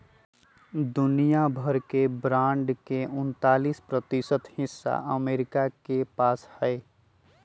दुनिया भर के बांड के उन्तालीस प्रतिशत हिस्सा अमरीका के पास हई